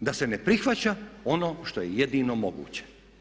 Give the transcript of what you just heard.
da se ne prihvaća ono što je jedino moguće.